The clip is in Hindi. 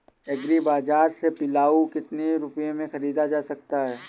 एग्री बाजार से पिलाऊ कितनी रुपये में ख़रीदा जा सकता है?